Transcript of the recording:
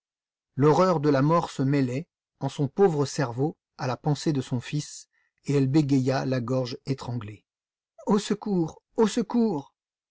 l'horreur de la mort se mêlait en son pauvre cerveau à la pensée de son fils et elle bégaya la gorge étranglée au secours au secours